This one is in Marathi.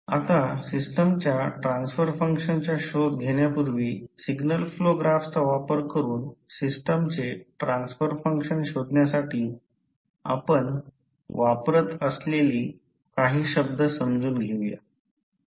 आता सिस्टमच्या ट्रान्सफर फंक्शनचा शोध घेण्यापूर्वी सिग्नल फ्लो ग्राफचा वापर करून सिस्टमचे ट्रान्सफर फंक्शन शोधण्यासाठी आपण वापरत असलेले काही शब्द समजून घेऊ या